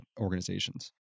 organizations